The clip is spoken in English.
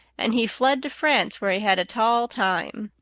and he fled to france, where he had a tall time.